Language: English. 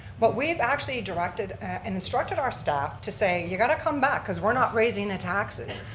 but we have actually directed and instructed our staff to say you got to come back cause we're not raising the taxes.